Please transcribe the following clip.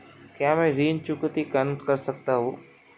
क्या मैं ऋण चुकौती कम कर सकता हूँ?